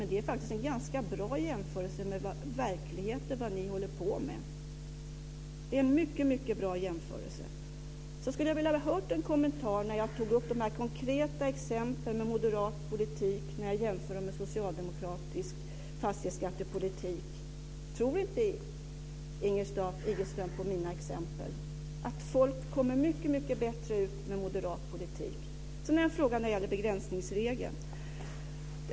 Men det är en mycket bra jämförelse med vad ni håller på med. Sedan skulle jag vilja ha hört en kommentar till mina konkreta exempel med en jämförelse mellan moderat politik och socialdemokratisk fastighetsskattepolitik. Tror inte Lisbeth Staaf-Igelström att mina exempel stämmer? Folk får det mycket bättre med moderat politik. Sedan har jag en fråga om begränsningsregeln.